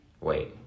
Wait